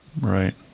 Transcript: right